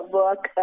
work